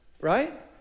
right